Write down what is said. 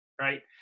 right